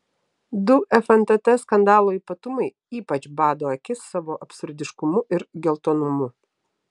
du fntt skandalo ypatumai ypač bado akis savo absurdiškumu ir geltonumu